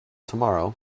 tomorrow